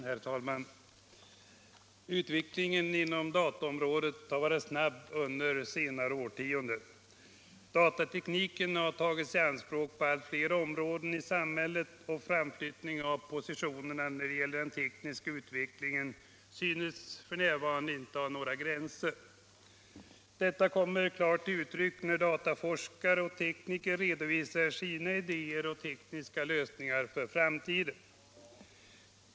Herr talman! Utvecklingen inom dataområdet har varit snabb under senare årtionden. Datatekniken har tagits i anspråk på allt flera områden i samhället, och framflyttningen av positionerna när det gäller den tekniska utvecklingen synes inte ha några gränser. Detta kommer klart till uttryck när dataforskare och tekniker redovisar sina idéer och tekniska lösningar för framtiden.